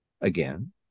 again